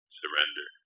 surrender